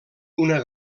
una